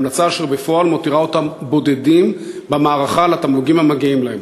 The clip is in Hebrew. המלצה אשר בפועל מותירה אותם בודדים במערכה על התמלוגים המגיעים להם.